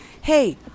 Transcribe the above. hey